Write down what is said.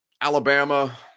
Alabama